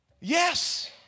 Yes